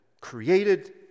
created